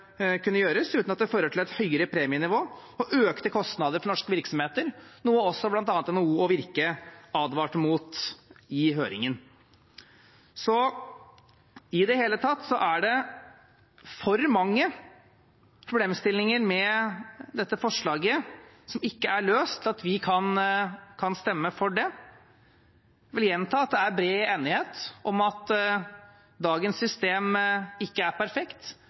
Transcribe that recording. kunne gjøres uten at det fører til et høyere premienivå og økte kostnader for norske virksomheter, noe også bl.a. NHO og Virke advarte mot i høringen. I det hele tatt er det for mange problemstillinger i dette forslaget som ikke er løst, til at vi kan stemme for det. Jeg vil gjenta at det er bred enighet om at dagens system ikke er perfekt,